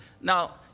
Now